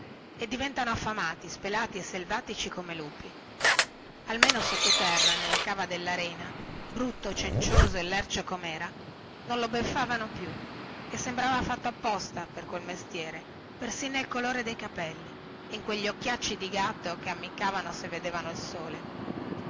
e diventano affamati spelati e selvatici come lupi almeno sottoterra nella cava della rena brutto e cencioso e sbracato comera non lo beffavano più e sembrava fatto apposta per quel mestiere persin nel colore dei capelli e in quegli occhiacci di gatto che ammiccavano se vedevano il sole